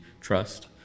trust